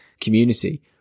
community